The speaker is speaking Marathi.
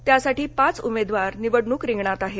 त्यासाठी पाच उमेदवार निवडणूक रिंगणात आहेत